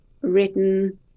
written